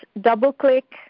double-click